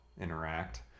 interact